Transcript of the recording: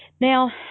Now